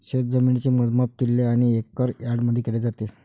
शेतजमिनीचे मोजमाप किल्ले आणि एकर यार्डमध्ये केले जाते